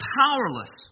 powerless